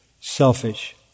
selfish